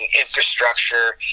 infrastructure